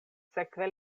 sekve